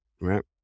Right